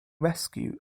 rescue